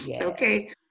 Okay